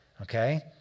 Okay